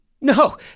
No